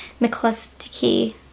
McCluskey